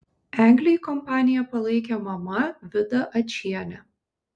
eglei kompaniją palaikė mama vida ačienė